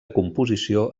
composició